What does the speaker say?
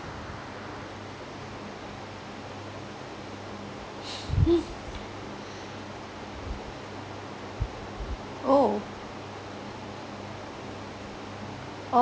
oh